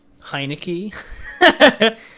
heineke